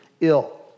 ill